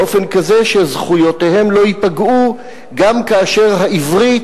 באופן כזה שזכויותיהן לא ייפגעו גם כאשר העברית